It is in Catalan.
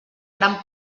gran